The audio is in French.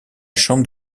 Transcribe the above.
chambre